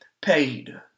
paid